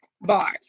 bars